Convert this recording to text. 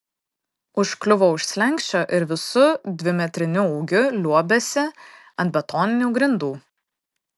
užkliuvo už slenksčio ir visu dvimetriniu ūgiu liuobėsi ant betoninių grindų